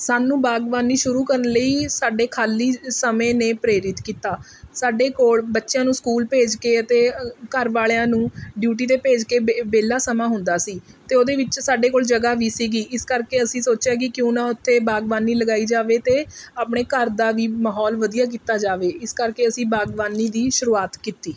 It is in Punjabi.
ਸਾਨੂੰ ਬਾਗਬਾਨੀ ਸ਼ੁਰੂ ਕਰਨ ਲਈ ਸਾਡੇ ਖਾਲੀ ਸਮੇਂ ਨੇ ਪ੍ਰੇਰਿਤ ਕੀਤਾ ਸਾਡੇ ਕੋਲ ਬੱਚਿਆਂ ਨੂੰ ਸਕੂਲ ਭੇਜ ਕੇ ਅਤੇ ਘਰ ਵਾਲਿਆਂ ਨੂੰ ਡਿਊਟੀ 'ਤੇ ਭੇਜ ਕੇ ਵਿਹਲਾ ਸਮਾਂ ਹੁੰਦਾ ਸੀ ਅਤੇ ਉਹਦੇ ਵਿੱਚ ਸਾਡੇ ਕੋਲ ਜਗ੍ਹਾ ਵੀ ਸੀ ਇਸ ਕਰਕੇ ਅਸੀਂ ਸੋਚਿਆ ਕਿ ਕਿਉਂ ਨਾ ਉਥੇ ਬਾਗਬਾਨੀ ਲਗਾਈ ਜਾਵੇ ਅਤੇ ਆਪਣੇ ਘਰ ਦਾ ਵੀ ਮਾਹੌਲ ਵਧੀਆ ਕੀਤਾ ਜਾਵੇ ਇਸ ਕਰਕੇ ਅਸੀਂ ਬਾਗਬਾਨੀ ਦੀ ਸ਼ੁਰੂਆਤ ਕੀਤੀ